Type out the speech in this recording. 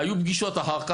היו פגישות אחר כך.